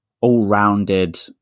all-rounded